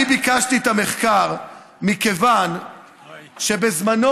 אני ביקשתי את המחקר מכיוון שבזמנו